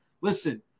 listen